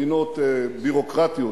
מדינות ביורוקרטיות.